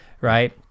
right